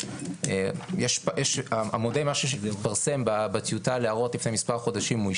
המודל שהתפרסם לפני מספר חודשים בטיוטה